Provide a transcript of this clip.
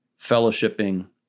fellowshipping